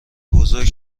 بزرگ